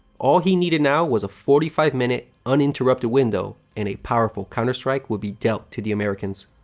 all he needed now was a forty five minute, uninterrupted window, and a powerful counter-strike will be dealt to the americans.